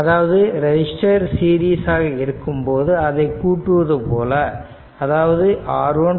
அதாவது resistor series ஆக இருக்கும்போது அதை கூட்டுவது போல அதாவது R1 R2